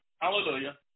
hallelujah